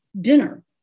dinner